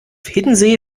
hiddensee